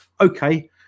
okay